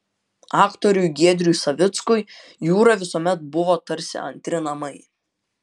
aktoriui giedriui savickui jūra visuomet buvo tarsi antri namai